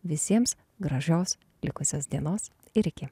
visiems gražios likusios dienos iki